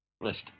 list